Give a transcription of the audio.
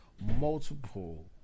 multiple